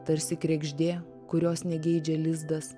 tarsi kregždė kurios negeidžia lizdas